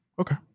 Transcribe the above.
Okay